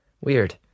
Weird